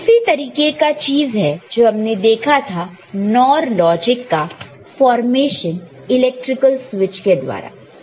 वह उसी तरीके का चीज है जो हमने देखा था NOR लॉजिक का फॉरमेशन इलेक्ट्रिकल स्विच के द्वारा